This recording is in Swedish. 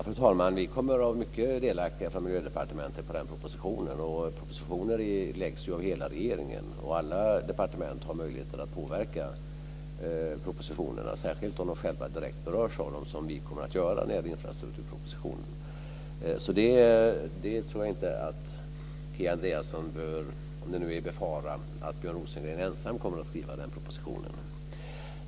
Fru talman! Vi i Miljödepartementet kommer att vara mycket delaktiga i den propositionen. Propositioner läggs fram av hela regeringen så alla departement har möjligheter att påverka propositionerna - särskilt om de själva direkt berörs, och så kommer det ju att bli för oss när det gäller infrastrukturpropositionen. Där tror jag inte att Kia Andreasson behöver befara, om det nu är vad hon gör, att Björn Rosengren ensam skriver propositionen.